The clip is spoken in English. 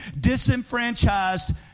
disenfranchised